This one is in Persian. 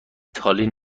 تالین